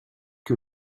que